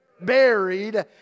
buried